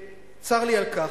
צר לי על כך.